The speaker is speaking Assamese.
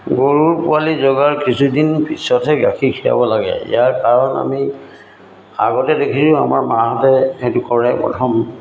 গৰুৰ পোৱালি জগাৰ কিছুদিন পিছতহে গাখীৰ খীৰাব লাগে ইয়াৰ কাৰণ আমি আগতে দেখিছোঁ আমাৰ মাহঁতে সেইটো কৰে প্ৰথম